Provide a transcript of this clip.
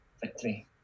victory